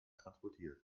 transportiert